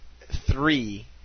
three